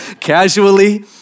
casually